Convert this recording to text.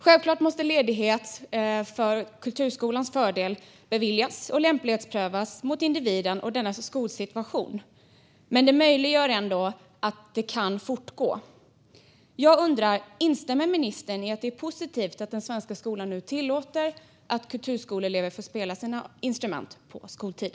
Självklart måste ledighet för att delta i kulturskolan beviljas och lämplighetsprövas mot individen och dennes skolsituation. Men det möjliggör ändå att detta kan fortgå. Jag undrar: Instämmer ministern i att det är positivt att den svenska skolan nu tillåter att kulturskoleelever får spela sina instrument på skoltid?